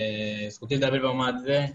אנחנו באמת מנסים להוות כתובת זמינה,